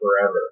forever